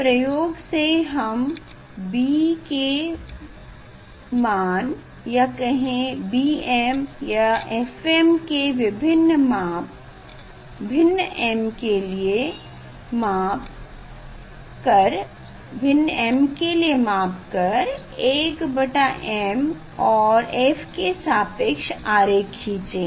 प्रयोग से हम b के मान या कहें bm या fm के विभिन्न माप भिन्न m के लिए माप कर 1m और f के सापेक्ष आरेख खीचेंगे